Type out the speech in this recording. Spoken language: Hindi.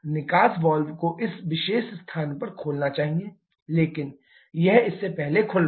निकास वाल्व को इस विशेष स्थान पर खोलना चाहिए लेकिन यह इससे पहले खुल रहा है